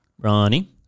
Ronnie